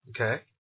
okay